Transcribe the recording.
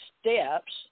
steps